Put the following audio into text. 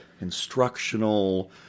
instructional